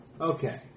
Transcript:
okay